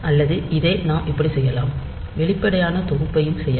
அல்லது இதை நாம் இப்படிச் செய்யலாம் வெளிப்படையான தொகுப்பையும் செய்யலாம்